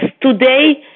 today